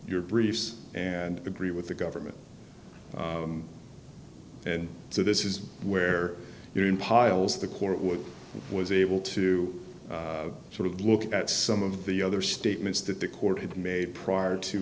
your briefs and agree with the government and so this is where you are in piles the court would was able to sort of look at some of the other statements that the court had made prior to